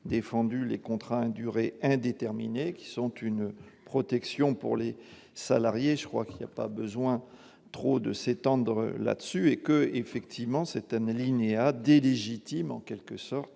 défendu les contraintes Durée indéterminée qui sont une protection pour les salariés, je crois qu'il y a pas besoin : trop de s'étendre là-dessus et que effectivement c'était mes Linia à des légitime en quelque sorte